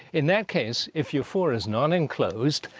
in that case, if your four is non enclosed,